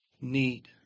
need